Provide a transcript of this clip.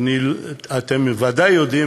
ואתם בוודאי יודעים,